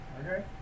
okay